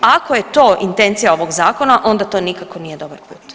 Ako je to intencija ovog zakona onda to nikako nije dobar put.